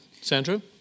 Sandra